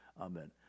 Amen